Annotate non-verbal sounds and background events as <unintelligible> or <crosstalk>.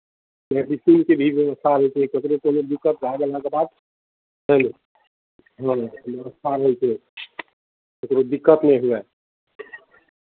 <unintelligible> के भी व्यवस्था रहै छै ककरो कोनो दिक्कत भए गेलाके बाद बुझलियै हँ व्यवस्था होइ छै ककरो दिक्कत नहि हुए